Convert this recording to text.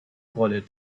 rolle